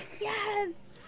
Yes